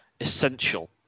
essential